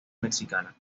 mexicana